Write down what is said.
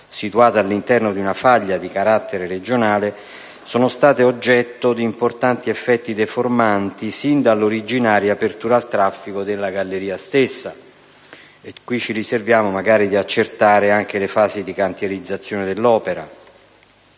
situata all'interno di una faglia di carattere regionale, sono state oggetto di importanti effetti deformanti sin dall'originaria apertura al traffico della galleria stessa. E qui ci riserviamo di accertare anche le fasi di cantierizzazione dell'opera.